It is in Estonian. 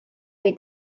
või